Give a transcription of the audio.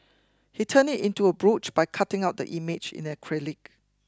he turned it into a brooch by cutting out the image in acrylic